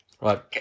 Right